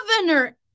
governor